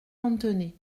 lanthenay